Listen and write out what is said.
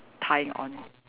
tying on